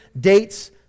dates